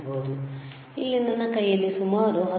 ಆದ್ದರಿಂದ ಇಲ್ಲಿ ನನ್ನ ಕೈಯಲ್ಲಿ ಸುಮಾರು 19